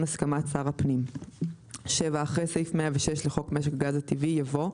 הסכמת שר הפנים."; (7)אחרי סעיף 106 לחוק משק הגז הטבעי יבוא: